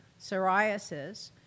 psoriasis